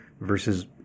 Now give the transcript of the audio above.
versus